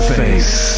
face